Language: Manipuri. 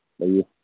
ꯂꯩꯌꯦ